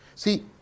See